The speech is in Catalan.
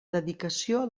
dedicació